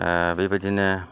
बेबायदिनो